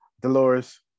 Dolores